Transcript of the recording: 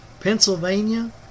Pennsylvania